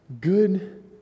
good